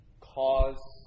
cause